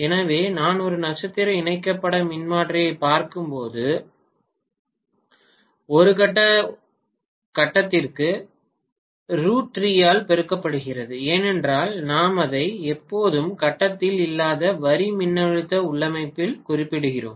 எனவே நான் ஒரு நட்சத்திர இணைக்கப்பட்ட மின்மாற்றியைப் பார்க்கும்போது அது ஒரு கட்டத்திற்கு ஆல் பெருக்கப்படுகிறது ஏனென்றால் நாம் அதை எப்போதும் கட்டத்தில் இல்லாத வரி மின்னழுத்த உள்ளமைவில் குறிப்பிடுகிறோம்